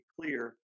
clear